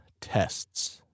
tests